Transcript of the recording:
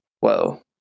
whoa